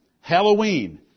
Halloween